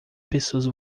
pessoas